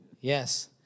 Yes